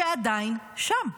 שעדיין שם.